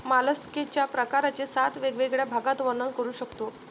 मॉलस्कच्या प्रकारांचे सात वेगवेगळ्या भागात वर्णन करू शकतो